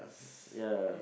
yeah